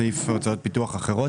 סעיף הוצאות פיתוח אחרות,